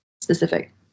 specific